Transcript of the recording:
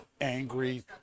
angry